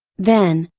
then,